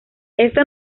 esto